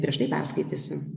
prieš tai perskaitysiu